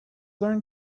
learn